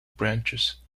branches